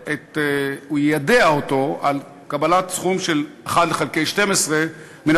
הוא יידע אותו על קבלת סכום של 1 חלקי 12 מן